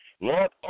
Lord